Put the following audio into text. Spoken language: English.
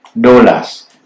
dollars